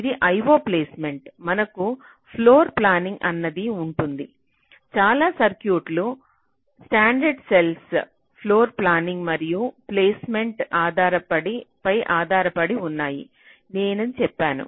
ఇది IO ప్లేస్మెంట్IO placement మనకు ఫ్లోర్ ప్లానింగ్ అన్నది ఉంటుంది చాలా సర్క్యూట్లు స్టాండర్డ్ సెల్ఫ్ ఫ్లోర్ప్లానింగ్ మరియు ప్లేస్మెంట్పై ఆధారపడి ఉన్నాయని నేను చెప్పాను